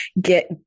get